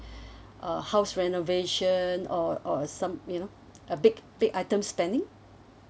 uh house renovation or or some you know uh big big item spending